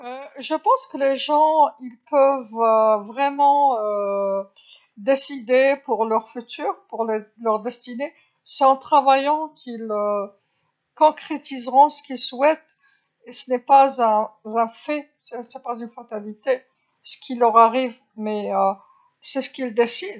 أعتقد أن الناس يمكنهم حقًا أن يقرروا مستقبلهم ومصيرهم، بالعمل هم سيحققون ما يريدون وليس حقيقة ليس حتمية أن يحدث لهم ولكن هو ما يكون.